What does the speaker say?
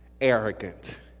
Arrogant